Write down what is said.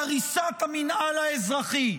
בהריסת המינהל האזרחי.